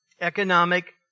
economic